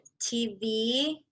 TV